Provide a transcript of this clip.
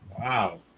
Wow